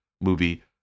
movie